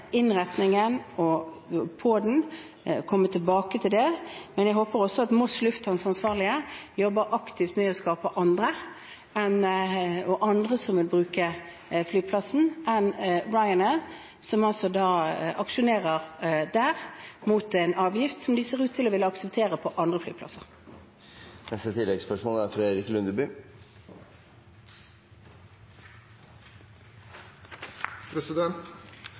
på den og komme tilbake til det. Men jeg håper også at Moss lufthavns ansvarlige jobber aktivt med å finne andre som vil bruke flyplassen, andre enn Ryanair, som altså aksjonerer mot en avgift der som de ser ut til å ville akseptere på andre flyplasser.